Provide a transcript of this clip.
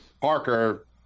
Parker